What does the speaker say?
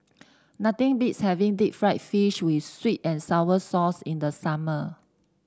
nothing beats having Deep Fried Fish with sweet and sour sauce in the summer